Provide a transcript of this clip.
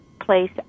place